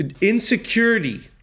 Insecurity